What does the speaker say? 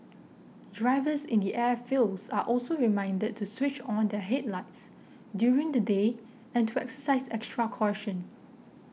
drivers in the airfields are also reminded to switch on their headlights during the day and to exercise extra caution